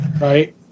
Right